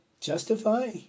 justify